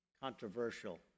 controversial